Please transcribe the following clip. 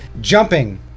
Jumping